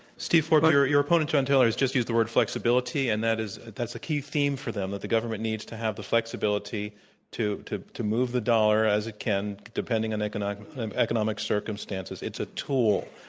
steve forbes, your your opponent, john taylor, has just used the word flexibility and that is that's a key theme for them, that the government needs to have the flexibility to to move the dollar as it can depending on economic economic circumstances, it's a tool.